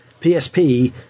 psp